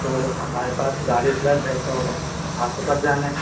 तो हमारे पास गाड़ी उपलब्ध है तो आपको कब जाना है